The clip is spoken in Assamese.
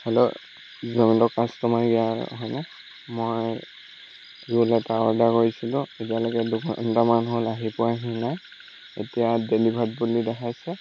হেল্ল' জমেট' কাষ্টমাৰ কেয়াৰ হয়নে মই ৰোল এটা অৰ্ডাৰ কৰিছিলোঁ এতিয়ালৈকে দুঘণ্টামান হ'ল আহি পোৱাহি নাই এতিয়া ডেলিভাৰ্ড বুলি দেখাইছে